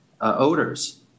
odors